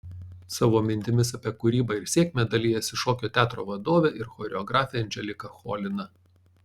savo mintimis apie kūrybą ir sėkmę dalijasi šokio teatro vadovė ir choreografė anželika cholina